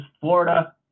Florida